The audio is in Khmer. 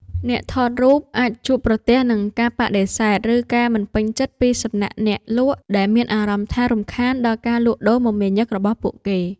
អ្នកថតរូបអាចជួបប្រទះនឹងការបដិសេធ ឬការមិនពេញចិត្តពីសំណាក់អ្នកលក់ ដែលមានអារម្មណ៍ថារំខានដល់ការលក់ដូរមមាញឹករបស់ពួកគេ។